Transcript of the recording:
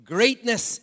Greatness